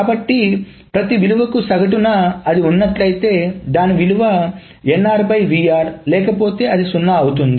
కాబట్టి ప్రతి విలువకు సగటున అది ఉన్నట్లయితే దాని విలువ nrvrలేకపోతే అది 0 అవుతుంది